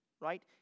right